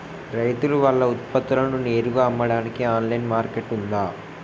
రైతులు వాళ్ల ఉత్పత్తులను నేరుగా అమ్మడానికి ఆన్లైన్ మార్కెట్ ఉందా?